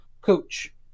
coach